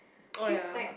dude like